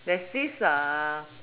there is this uh